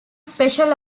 special